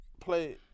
Play